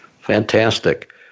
Fantastic